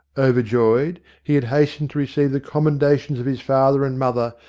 over joyed, he had hastened to receive the com mendations of his father and mother,